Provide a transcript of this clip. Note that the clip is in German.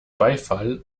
beifall